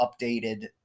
updated